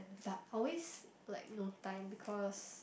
but always like no time because